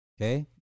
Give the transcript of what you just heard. Okay